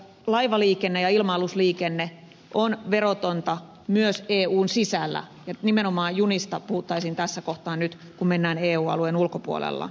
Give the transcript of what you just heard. laivaliikenne ja ilma alusliikenne on verotonta myös eun sisällä ja nimenomaan junista puhuttaisiin tässä kohtaa nyt kun mennään eu alueen ulkopuolella